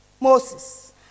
Moses